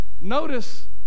notice